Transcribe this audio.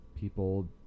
people